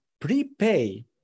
prepay